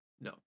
no